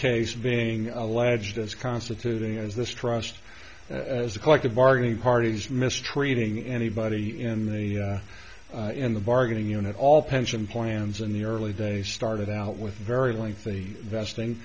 case being alleged as constituting as this trust as a collective bargaining parties mistreating anybody in the in the bargaining unit all pension plans in the early days started out with very lengthy vesting